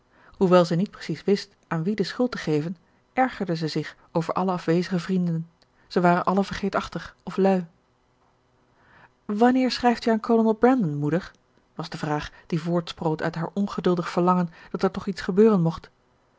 hoewel zij niet precies wist aan wien de schuld te geven ergerde zij zich over alle afwezige vrienden ze waren allen vergeetachtig of lui wanneer schrijft u aan kolonel brandon moeder was de vraag die voortsproot uit haar ongeduldig verlangen dat er toch iets gebeuren mocht